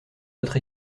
votre